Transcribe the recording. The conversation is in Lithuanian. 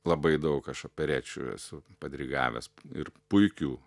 labai daug aš operečių esu padirigavęs ir puikių